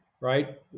right